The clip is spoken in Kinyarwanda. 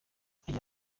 agira